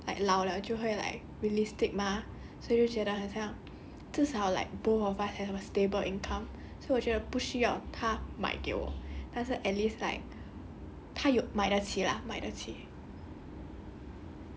爱情不能当来饭吃 like 老 liao 就会 like realistic mah 所以我就觉得很像至少 like both of us have a stable income so 我觉得不需要他买给我但是 at least like 他有买得起 lah 买得起